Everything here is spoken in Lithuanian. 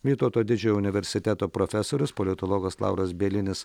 vytauto didžiojo universiteto profesorius politologas lauras bielinis